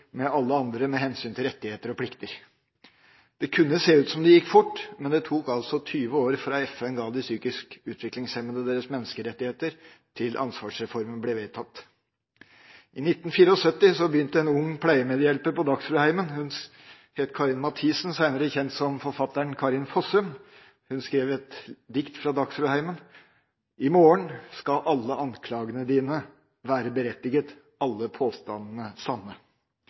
med alle andre med hensyn til rettigheter og plikter. Det kunne se ut som om det gikk fort, men det tok altså 20 år fra FN ga de psykisk utviklingshemmede deres menneskerettigheter, til ansvarsreformen ble vedtatt. I 1974 begynte en ung pleiemedhjelper på Dagsrudheimen, hun het Karin Mathiesen, senere kjent som forfatteren Karin Fossum. Hun skrev i et dikt fra Dagsrudheimen: «I morgen Skal alle anklagene dine Være berettiget Alle påstandene Sanne»